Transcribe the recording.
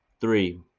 three